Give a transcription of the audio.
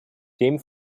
dem